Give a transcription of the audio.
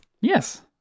Yes